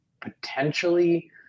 potentially